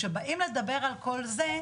כאשר באים לדבר על כל זה,